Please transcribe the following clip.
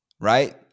right